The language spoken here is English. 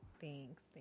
Thanks